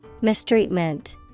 Mistreatment